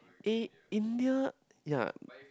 eh India yea